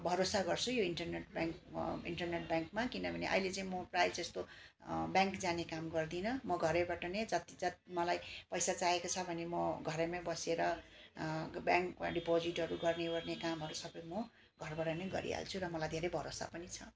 भरोसा गर्छु यो इन्टरनेट ब्याङ्क इन्टरनेट ब्याङ्कमा किनभने अहिले चाहिँ म प्रायःजस्तो ब्याङ्क जाने काम गर्दिनँ म घरैबाट नै जति जति मलाई पैसा चाहिएको छ भने म घरैमा बसेर ब्याङ्कमा डिपोजिटहरू गर्नेओर्ने कामहरू सबै म घरबाट नै गरिहाल्छु र मलाई धेरै भरोसा पनि छ